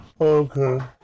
Okay